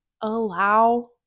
allow